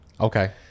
okay